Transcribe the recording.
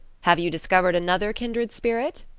have you discovered another kindred spirit?